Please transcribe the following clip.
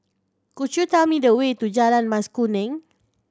could you tell me the way to Jalan Mas Kuning